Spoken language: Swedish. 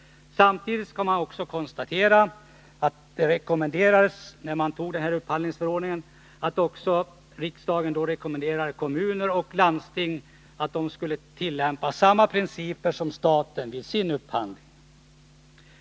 Samtidigt kan konstateras att riksdagen, när den beslutade om den här upphandlingsförordningen, rekommenderade kommuner och landsting att tillämpa samma principer som staten vid sin upphandling.